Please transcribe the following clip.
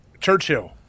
Churchill